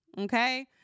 okay